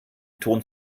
ton